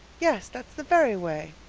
yes, that's the very way.